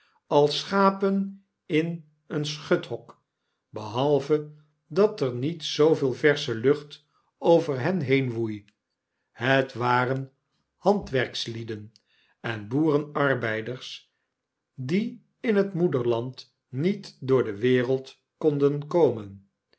als schapen in een schuthok behalve dat er niet zooveel versche lucht over hen heen woei het waren handwerkslieden en boerenarbeiders die in het moederland niet door de wereld konden komen